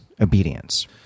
obedience